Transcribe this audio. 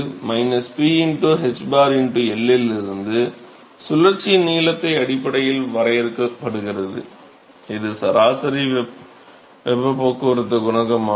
இது PħL இலிருந்து சுழற்சியின் நீளத்தின் அடிப்படையில் வரையறுக்கப்படுகிறது இது சராசரி வெப்பப் போக்குவரத்து குணகம் ஆகும்